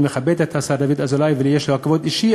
אני מכבד את השר דוד אזולאי ויש לי אליו כבוד אישי,